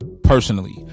Personally